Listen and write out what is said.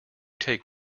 take